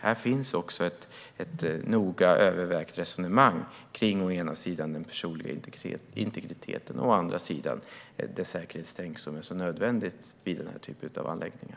Det finns också ett noga övervägt resonemang om å ena sidan den personliga integriteten och å andra sidan det säkerhetstänk som är så nödvändigt vid den här typen av anläggningar.